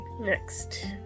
Next